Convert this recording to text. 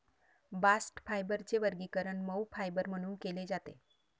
bast फायबरचे वर्गीकरण मऊ फायबर म्हणून केले जाते